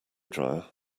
dryer